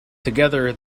together